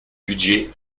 budget